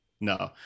No